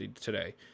today